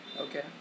Okay